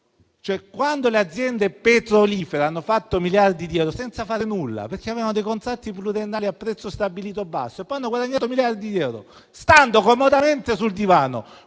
Quando le aziende petrolifere hanno fatto miliardi di euro senza fare nulla, perché avevano contratti pluriennali a un prezzo basso stabilito e poi hanno guadagnato miliardi di euro stando comodamente sul divano,